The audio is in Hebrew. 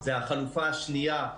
זה החלופה השנייה,